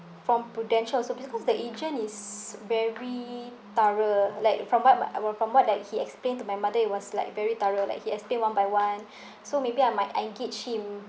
from Prudential also because the agent is very thorough like from what my uh from what that he explained to my mother it was like very thorough like he explained one by one so maybe I might engage him